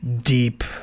deep